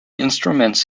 instruments